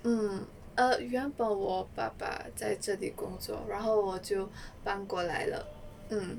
mm err 原本我爸爸在这里工作然后我就搬过来了 mm